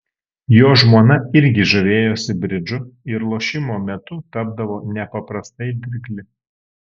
jo žmona irgi žavėjosi bridžu ir lošimo metu tapdavo nepaprastai dirgli